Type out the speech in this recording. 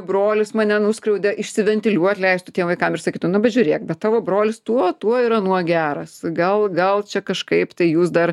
brolis mane nuskriaudė išsiventiliuot leistų tiem vaikam ir sakytų nu bet žiūrėk bet tavo brolis tuo tuo ir anuo geras gal gal čia kažkaip tai jūs dar